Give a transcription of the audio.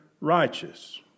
Righteous